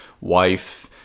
wife